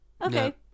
okay